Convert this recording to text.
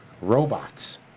robots